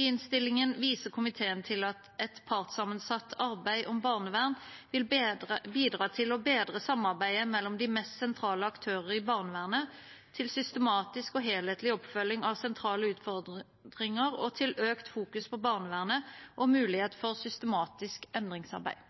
I innstillingen viser komiteen til at et partssammensatt arbeid om barnevern vil bidra til å bedre samarbeidet mellom de mest sentrale aktører i barnevernet, til systematisk og helhetlig oppfølging av sentrale utfordringer og til økt fokus på barnevernet og mulighet for systematisk endringsarbeid.